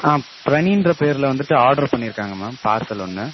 ஆ ப்ரனின்ற பேரில் வந்துவிட்டு ஆடர் பண்ணியிருக்காங்க மேம் பார்சல் ஒன்று